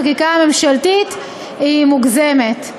החקיקה הממשלתית היא מוגזמת.